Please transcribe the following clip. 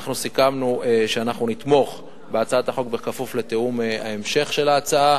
אנחנו סיכמנו שאנחנו נתמוך בהצעת החוק בכפוף לתיאום המשך דרכה של ההצעה,